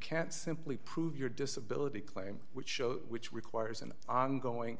can't simply prove your disability claim which shows which requires an ongoing